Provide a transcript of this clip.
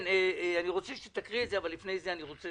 אני רוצה שתקראי את זה, אבל לפני זה אני רוצה